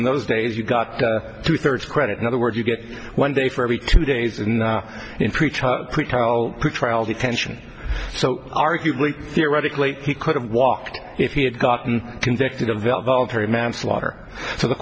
in those days you got two thirds credit in other words you get one day for every two days in the trial detention so arguably theoretically he could have walked if he had gotten convicted of the voluntary manslaughter so the